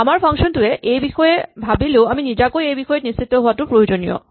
আমাৰ ফাংচন টোৱে এই বিষয়ে ভাৱিলেও আমি নিজাকৈ এই বিষয়ত নিশ্চিত হোৱাটো প্ৰয়োজনীয়